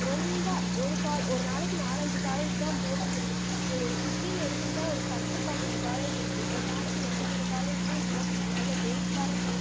ரொம்ப ஒரு கால் ஒரு நாளைக்கு நாலஞ்சு காலேஜ் தான் போக முடியும் இப்போ ஒரு சிட்டின்னு எடுத்துகிட்ட ஒரு பத்து பன்னிரண்டு காலேஜ் இருக்குது ஒரு நாளைக்கு ரெண்டு மூணு காலேஜ்க்கு தான் போக முடியும் அதில் வெயிட் வேற பண்ணனும்